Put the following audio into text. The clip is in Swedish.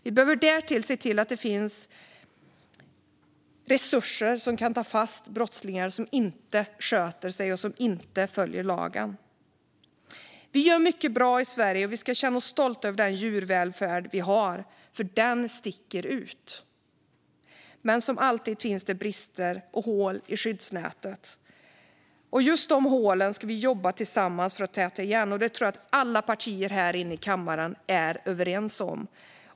Vi behöver därtill se till att det finns resurser som kan ta fast brottslingar som inte sköter sig och inte följer lagen. Vi gör mycket bra i Sverige, och vi ska känna oss stolta över den djurvälfärd vi har. Den sticker nämligen ut. Men som alltid finns det brister och hål i skyddsnätet. Just de hålen ska vi jobba tillsammans för att täta, och det tror jag att alla partier här i kammaren är överens om.